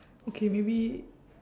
okay maybe